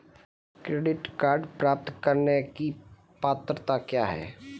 Credit card प्राप्त करने की पात्रता क्या है?